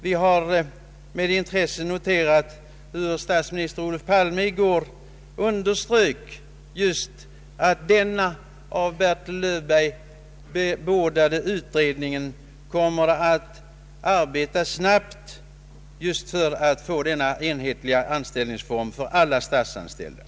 Vi har med intresse noterat hur statsminister Olof Palme i går underströk att den av statsrådet Löfberg bebådade utredningen kommer att arbeta snabbt för att skapa en enhetlig anställningsform för alla statsanställda.